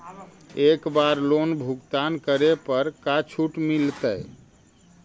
एक बार लोन भुगतान करे पर का छुट मिल तइ?